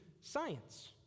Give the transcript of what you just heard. science